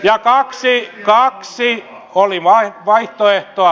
ja kaksi oli päävaihtoehtoa